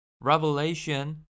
Revelation